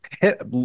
hit